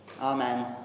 Amen